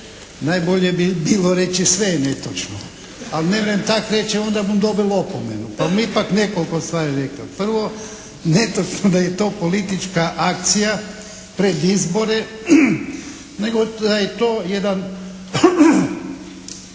najbolje bi bilo reći sve je netočno, ali nemrem tak reći, jer onda bum dobil opomenu, pa bum ipak nekoliko stvari rekel. Prvo, netočno da je to politička akcija pred izbore, nego da je to jedan